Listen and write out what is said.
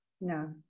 No